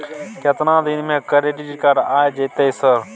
केतना दिन में क्रेडिट कार्ड आ जेतै सर?